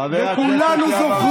חבר הכנסת אזולאי, מספיק.